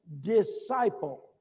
disciple